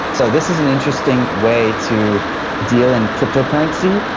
so this is an interesting way to deal in cryptocurrency,